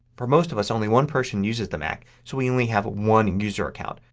for most of us only one person uses the mac. so we only have one user account.